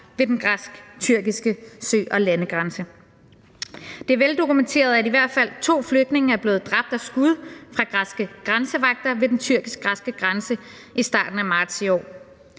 ved den græsk-tyrkiske sø- og landegrænse. Det er veldokumenteret, at i hvert fald to flygtninge er blevet dræbt af skud fra græske grænsevagter ved den tyrkisk-græske grænse i starten af marts i år.